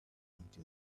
into